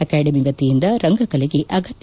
academy ವತಿಯಿಂದ ರಂಗಕಲೆಗೆ ಅಗತ್ಯ